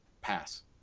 pass